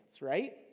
right